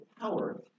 power